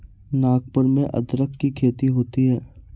नागपुर में अदरक की खेती होती है